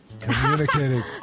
Communicating